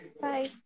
Bye